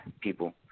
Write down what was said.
people